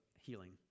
healing